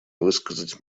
высказать